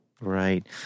Right